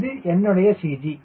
இது என்னுடைய CG